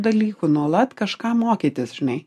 dalykų nuolat kažką mokytis žinai